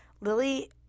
Lily